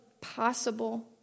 possible